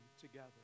together